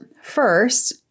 first